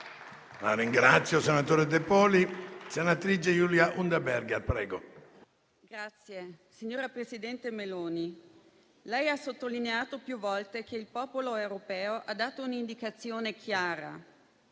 Presidente, signora presidente Meloni, lei ha sottolineato più volte che il popolo europeo ha dato un'indicazione chiara.